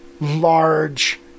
large